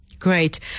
Great